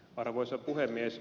arvoisa puhemies